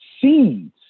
seeds